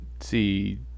see